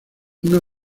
una